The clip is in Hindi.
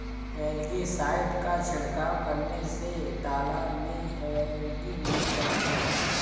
एलगी साइड का छिड़काव करने से तालाब में एलगी नहीं लगेगा